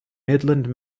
midland